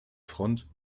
front